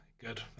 Good